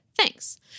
Thanks